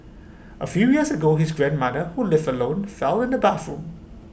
A few years ago his grandmother who lived alone fell in the bathroom